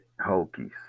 Hokies